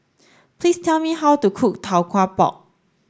please tell me how to cook Tau Kwa Pau